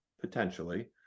potentially